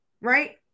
right